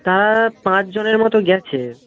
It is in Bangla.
তারা পাঁচ জনের মতো গেছে